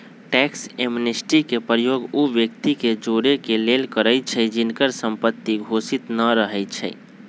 tax amnesty के प्रयोग उ व्यक्ति के जोरेके लेल करइछि जिनकर संपत्ति घोषित न रहै छइ